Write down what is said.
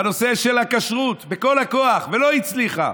בנושא של הכשרות בכל הכוח, ולא הצליחה,